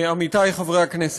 עמיתי חברי הכנסת,